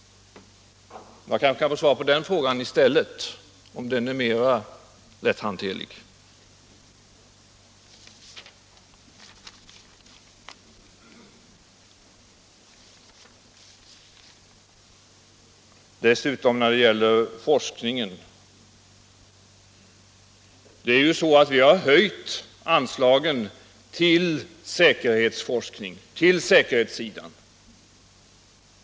— Jag kanske kan få svar på den frågan i stället, om den — Nr 107 är mer lätthanterlig. Dessutom: När det gäller forskningen har vi höjt anslagen till säkerhetssidan.